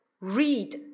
Read